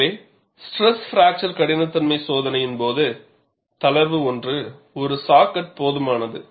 எனவே stress fracture கடினத்தன்மை சோதனையின் போது தளர்வு ஒன்று ஒரு சா கட் போதுமானது